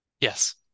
Yes